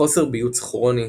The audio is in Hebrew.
- חוסר ביוץ כרוני,